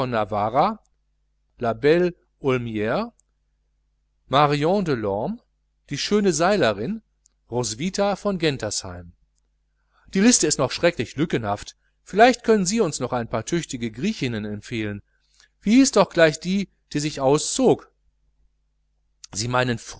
marion delorme die schöne seilerin roswitha von gentersheim die liste ist noch schrecklich lückenhaft vielleicht könnten sie uns noch ein paar tüchtige griechinnen empfehlen wie hieß doch gleich die die sich auszog sie meinen